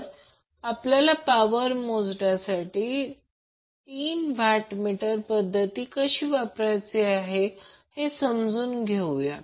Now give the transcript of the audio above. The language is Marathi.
तर आपण पॉवर मोजण्यासाठी तीन वॅट मीटर पद्धत कशी वापरायची हे समजून घेण्याचा प्रयत्न करूया